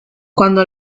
cuándo